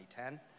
2010